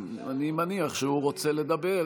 אני מניח שהוא רוצה לדבר,